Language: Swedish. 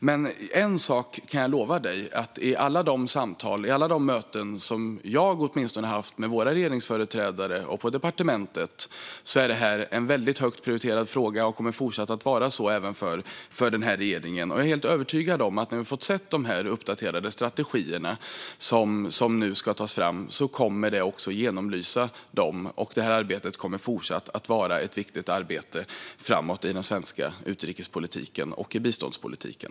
Men en sak kan jag lova: Att döma av de samtal och möten jag haft med våra regeringsföreträdare och på departementet är detta högt prioriterat och kommer att fortsätta vara så. Jag är övertygad om att de uppdaterade strategierna kommer att genomlysas av detta och att detta arbete kommer att fortsätta att vara viktigt i den svenska utrikespolitiken och biståndspolitiken.